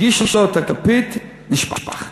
הגישו לו את הכפית, נשפך.